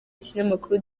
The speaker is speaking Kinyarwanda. ikinyamakuru